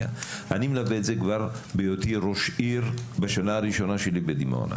אני מלווה את זה כבר בהיותי ראש עיר בשנה הראשונה שלי בדימונה,